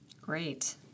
Great